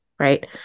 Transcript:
right